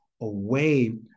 away